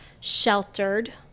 sheltered